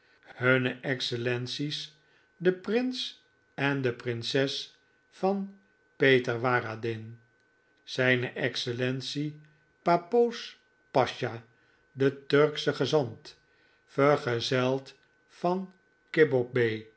hunne excellences de prins en de prinses van peterwaradin z e papoosh pasha de turksche gezant vergezeld van